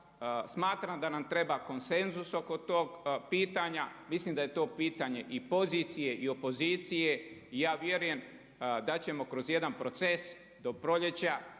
Smatram da nam treba konsenzus oko tog pitanja, mislim da je to pitanje i pozicije i opozicije i ja vjerujem da ćemo kroz jedan proces do proljeća,